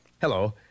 Hello